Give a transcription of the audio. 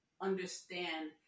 understand